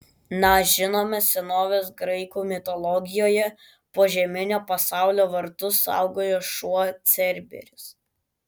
na žinoma senovės graikų mitologijoje požeminio pasaulio vartus saugojo šuo cerberis